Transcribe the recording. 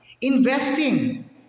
Investing